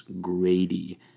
Grady